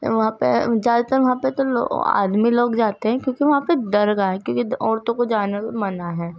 وہاں پہ زیادہ تر وہاں پہ تو آدمی لوگ جاتے ہیں کیونکہ وہاں پہ درگاہ ہے کیونکہ عورتوں کو جانے سے منع ہے